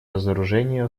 разоружению